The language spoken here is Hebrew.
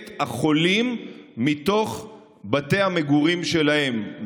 את החולים מתוך בתי המגורים שלהם,